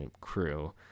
crew